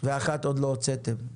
ואחת עוד לא הוצאתם.